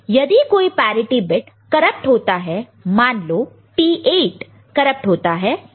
तो यदि कोई पैरिटि बिट करप्ट होता है मान लो P8 करप्ट होता है